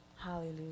hallelujah